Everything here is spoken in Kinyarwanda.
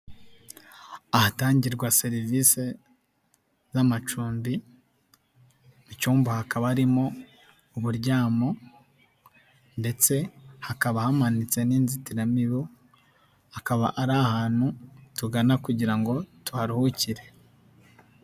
Ahatangirwa serivisi z'amacumbi, mu cyumba hakaba harimo uburyamo ndetse hakaba hamanitse n'inzitiramibu, akaba ari ahantu tugana kugira ngo tuharuhukire.